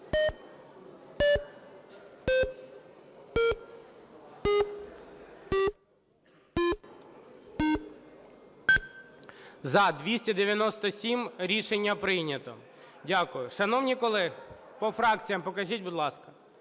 За-297 Рішення прийнято. Дякую. Шановні колеги! По фракціям покажіть, будь ласка.